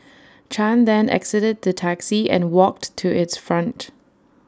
chan then exited the taxi and walked to its front